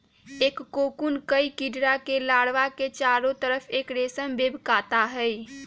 एक कोकून कई कीडड़ा के लार्वा के चारो तरफ़ एक रेशम वेब काता हई